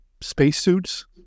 spacesuits